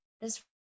this-